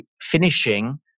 finishing